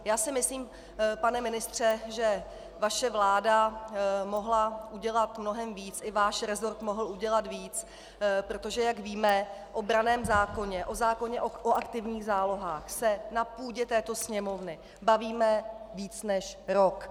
Já si myslím, pane ministře, že vaše vláda mohla udělat mnohem víc, i váš resort mohl udělat mnohem víc, protože jak víme, o branném zákoně, o zákoně o aktivních zálohách se na půdě této Sněmovny bavíme víc než rok.